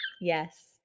yes